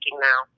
now